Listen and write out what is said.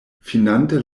finante